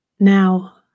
Now